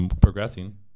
progressing